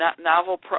novel